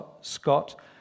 Scott